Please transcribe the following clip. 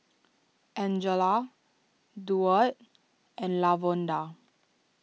Angela Duard and Lavonda